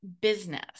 business